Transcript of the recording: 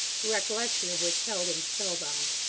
the recollection of which held him spellbound.